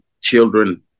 children